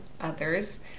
others